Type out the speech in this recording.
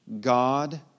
God